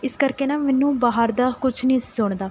ਇਸ ਕਰਕੇ ਨਾ ਮੈਨੂੰ ਬਾਹਰ ਦਾ ਕੁਝ ਨਹੀਂ ਸੀ ਸੁਣਦਾ